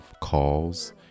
calls